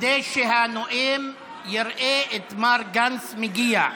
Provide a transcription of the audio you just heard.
כדי שהנואם יראה את מר גנץ מגיע.